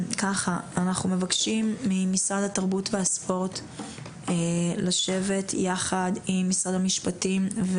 אנחנו מבקשים ממשרד התרבות והספורט לשבת יחד עם משרד המשפטים,